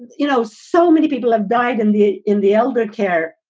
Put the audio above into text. you know, so many people have died in the in the elder care,